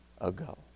ago